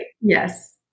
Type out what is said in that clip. Yes